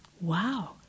Wow